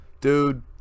dude